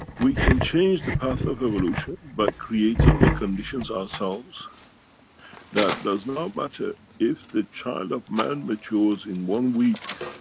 we can change the path of evolution by creating the conditions ourselves that does not matter if the child of man matures in one week